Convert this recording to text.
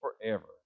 forever